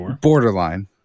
borderline